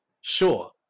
Sure